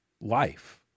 life